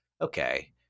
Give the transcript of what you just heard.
Okay